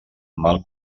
mal